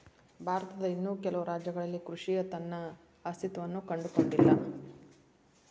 ಭಾರತದ ಇನ್ನೂ ಕೆಲವು ರಾಜ್ಯಗಳಲ್ಲಿ ಕೃಷಿಯ ತನ್ನ ಅಸ್ತಿತ್ವವನ್ನು ಕಂಡುಕೊಂಡಿಲ್ಲ